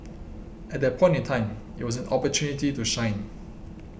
at that point in time it was an opportunity to shine